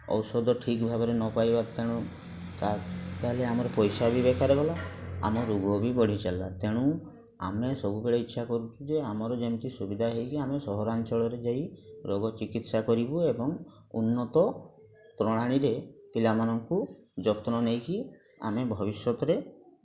ଔଷଧ ଠିକ ଭାବରେ ନ ପାଇବା ତେଣୁ ତା ତାହେଲେ ଆମର ପଇସା ବି ବେକାର ଗଲା ଆମ ରୋଗ ବି ବଢ଼ି ଚାଲିଲା ତେଣୁ ଆମେ ସବୁବେଳେ ଇଛା କରୁଛୁ ଯେ ଆମର ଯେମିତି ସୁବିଧା ହେଇକି ଆମେ ସହରାଞ୍ଚଳରେ ଯାଇ ରୋଗ ଚିକିତ୍ସା କରିବୁ ଏବଂ ଉନ୍ନତ ପ୍ରଣାଳୀରେ ପିଲାମାନଙ୍କୁ ଯତ୍ନ ନେଇକି ଆମେ ଭବିଷ୍ୟତରେ